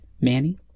Manny